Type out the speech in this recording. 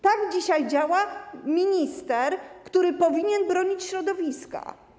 Tak dzisiaj działa minister, który powinien bronić środowiska.